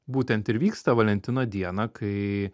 būtent ir vyksta valentino dieną kai